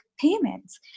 payments